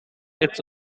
its